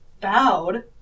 bowed